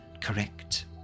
correct